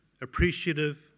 appreciative